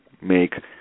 make